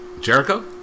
Jericho